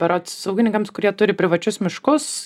berods ūkininkams kurie turi privačius miškus